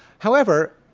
however,